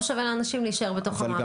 ולא שווה לאנשים להישאר בתוך המערכת.